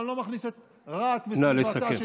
ואני לא מכניס את רהט וסביבתה,